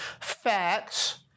Facts